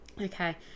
Okay